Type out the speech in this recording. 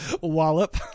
wallop